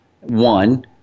One